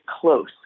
close